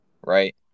right